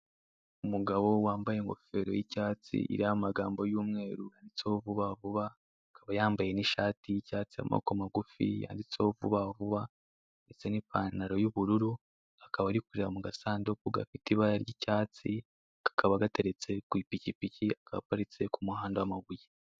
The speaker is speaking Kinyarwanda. Umugabo wambaye ingofero y'icyatsi iriho amagambo y'umweru yanditseho Vubavuba, akaba yambaye n'ishati y'icyatsi y'amaboko magufi yanditseho Vuba vuba, ndetse n'ipantaro y'ubururu akaba ari kureba mu gasanduku gafite ibara ry'icyatsi, kakaba gateretse ku ipikipiki akaba aparitse ku muhanda w'amabuye.